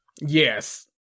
Yes